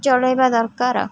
ଚଳେଇବା ଦରକାର